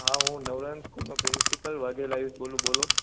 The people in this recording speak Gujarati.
હા હું નવરંગ સ્કૂલનો પ્રિન્સિપલ વાઘેલા યુગ બોલું બોલો